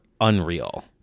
unreal